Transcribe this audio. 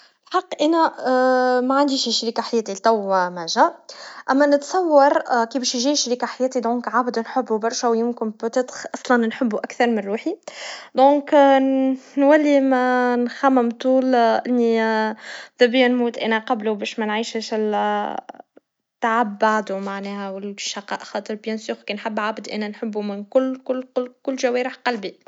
الحق, إنا معنديش شريك حياة توا ما مجا, أما نتصور كل شي جا شريك حياة لو كان نحبه برشا ويمكن على الأغلب نحبه أكثر من روحي, لذا باش نولي ما نخمم تول, إن طبيعي نموت انا قبله, باش ما نعيشش الا تعب بعده معناها, والشقا خاطر بكل تأكيد كنحب عبد, بدنا نحبه كل كل كل كل جوارح قلبي.